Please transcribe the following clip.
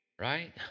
Right